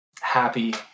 Happy